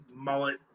mullet